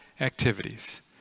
activities